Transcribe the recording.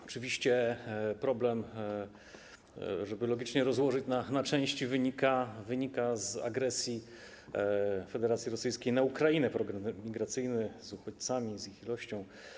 Oczywiście problem, żeby to logicznie rozłożyć na części, wynika z agresji Federacji Rosyjskiej na Ukrainę, problem migracyjny z uchodźcami, z ich liczbą.